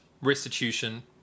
restitution